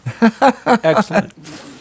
Excellent